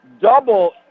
double